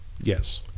Yes